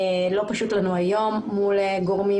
לא פשוט לנו היום מול גורמים